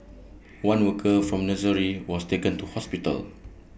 one worker from nursery was taken to hospital